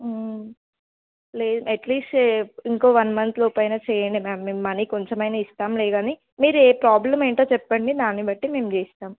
లేదు అట్లీస్ట్ ఇంకొక one month లోపు అయినా చేయండి మ్యామ్ మేము మనీ కొంచెమైనా ఇస్తాం లేదని మీరు ఏ ప్రాబ్లం ఏంటో చెప్పండి దాన్ని బట్టి మేము చేస్తాం